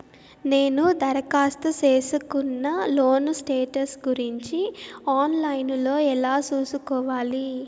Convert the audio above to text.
నేను దరఖాస్తు సేసుకున్న లోను స్టేటస్ గురించి ఆన్ లైను లో ఎలా సూసుకోవాలి?